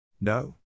No